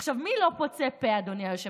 עכשיו, מי לא פוצה פה, אדוני היושב-ראש?